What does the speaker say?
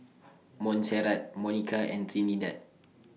Montserrat Monika and Trinidad